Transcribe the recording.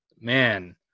man